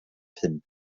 pump